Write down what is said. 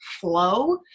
flow